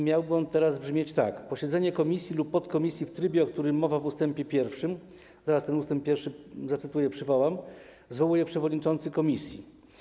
Miałby on teraz brzmieć: Posiedzenie komisji lub podkomisji w trybie, o którym mowa w ust. 1 - zaraz ten ust. 1 zacytuję, przywołam - zwołuje przewodniczący komisji.